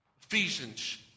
Ephesians